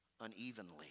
unevenly